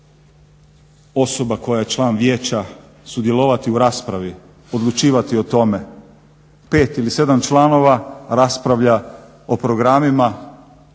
osoba koja je član vijeća sudjelovati u raspravi, odlučivati o tom. Pet ili sedam članova raspravlja o programima